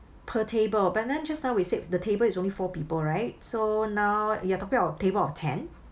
per table but then just now we said the table is only four people right so now you are talking about table of ten